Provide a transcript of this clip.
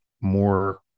more